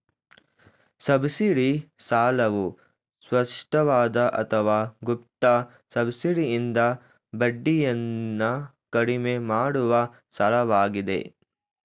subsidy ಸಾಲವು ಸ್ಪಷ್ಟವಾದ ಅಥವಾ ಗುಪ್ತ ಸಬ್ಸಿಡಿಯಿಂದ ಬಡ್ಡಿಯನ್ನ ಕಡಿಮೆ ಮಾಡುವ ಸಾಲವಾಗಿದೆ